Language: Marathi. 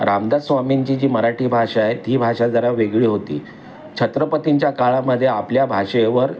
रामदास स्वामींची जी मराठी भाषा आहे ती भाषा जरा वेगळी होती छत्रपतींच्या काळामधे आपल्या भाषेवर